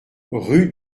rue